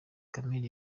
camille